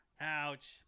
Ouch